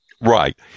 Right